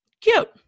Cute